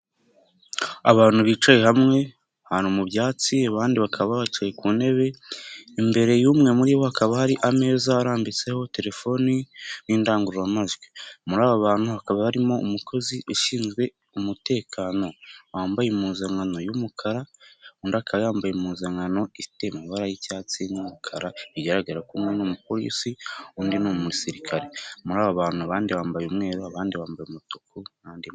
Abantu bicaye hamwe, ahantu mu byatsi, abandi bakaba bicaye ku ntebe, imbere y'umwe muri bo hakaba hari ameza arambitseho telefoni n'indangururamajwi. Muri aba bantu hakaba harimo umukozi ushinzwe umutekano, wambaye impuzankano y'umukara, undi akaba yambaye impuzankano ifite amabara y'icyatsi n'umukara, bigaragara ko umwe ari umupolisi, undi ni umusirikare, muri aba bantu abandi bambaye umweru, abandi bambaye umutuku.